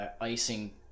icing